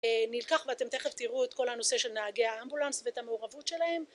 נלקח ואתם תכף תראו את כל הנושא של נהגי האמבולנס ואת המעורבות שלהם